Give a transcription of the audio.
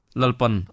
lalpan